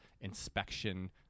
inspection